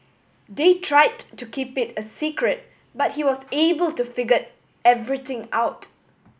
they tried to keep it a secret but he was able to figure everything out